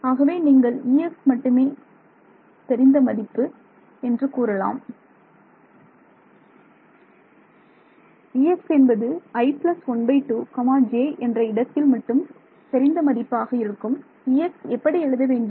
ஆகவே நீங்கள் Ex மட்டுமே தெரியும் தெரிந்த மதிப்பு Ex என்று கூறலாம் மாணவர் Ex என்பது i 12 j என்ற இடத்தில் மட்டும் தெரிந்த மதிப்பாக இருக்கும் Ex எப்படி எழுத வேண்டும்